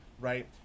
right